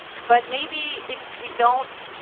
but maybe it, we don't,